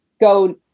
go